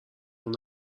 اون